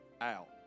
out